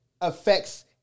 affects